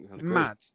mad